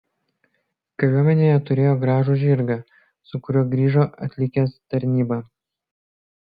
kariuomenėje turėjo gražų žirgą su kuriuo grįžo atlikęs tarnybą